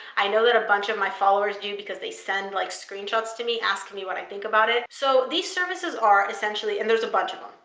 i know that a bunch of my followers do because they send like screenshots to me asking me what i think about it. so these services are essentially. and there's a bunch of them.